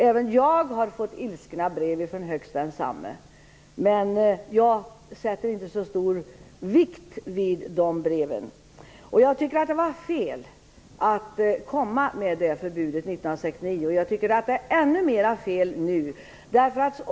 Även jag har fått ilskna brev från högst densamme. Men jag sätter inte så stor vikt vid dessa brev. Jag tycker att det var fel att införa detta förbud 1969, och jag tycker att det är ännu mera fel nu.